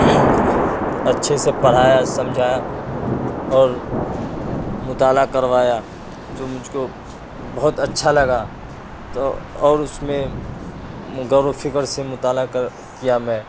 اچھے سے پڑھایا سمجھایا اور مطالعہ کروایا تو مجھ کو بہت اچھا لگا تو اور اس میں غور و فکر سے مطالعہ کیا میں